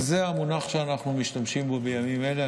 זה המונח שאנחנו משתמשים בו בימים אלה.